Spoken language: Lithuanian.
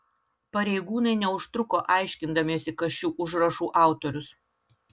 pareigūnai neužtruko aiškindamiesi kas šių užrašų autorius